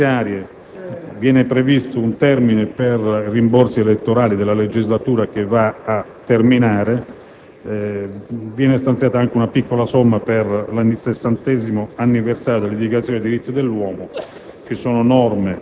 risorse finanziarie. Viene previsto un termine per i rimborsi elettorali della legislatura che va a terminare. Viene stanziata anche una piccola somma per il 60° anniversario della Dichiarazione dei diritti dell'uomo.